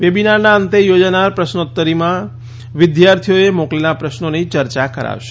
વેબીનારના અંતે યોજાનાર પ્રશ્નોત્તરી સત્રમાં વિદ્યાર્થીઓએ મોકલેલા પ્રશ્નોની યર્યા કરાશે